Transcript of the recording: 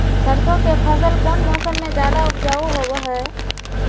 सरसों के फसल कौन मौसम में ज्यादा उपजाऊ होबो हय?